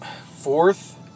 fourth